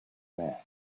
man